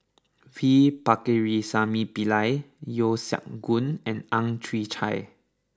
V Pakirisamy Pillai Yeo Siak Goon and Ang Chwee Chai